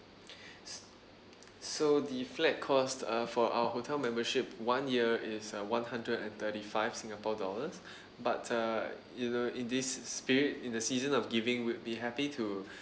s~ so the flat cost uh for our hotel membership one year is uh one hundred and thirty five singapore dollars but uh you know in this spirit in the season of giving we'd be happy to